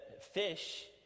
fish